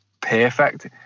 perfect